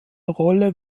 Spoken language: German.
rolle